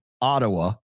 Ottawa